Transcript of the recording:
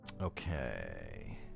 Okay